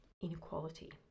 Inequality